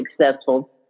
successful